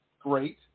great